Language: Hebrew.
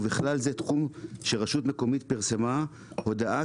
ובכלל זה תחום שרשות מקומית פרסמה הודעה